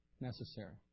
necessary